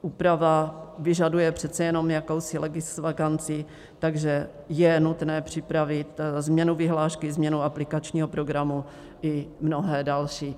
Úprava vyžaduje přece jenom jakousi legisvakanci, takže je nutné připravit změnu vyhlášky, změnu aplikačního programu i mnohé další.